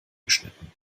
geschnitten